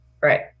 Right